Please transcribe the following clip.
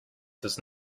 does